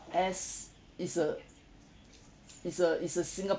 as is a is a is a singapore